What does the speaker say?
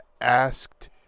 asked